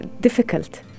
difficult